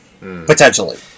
potentially